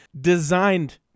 designed